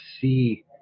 see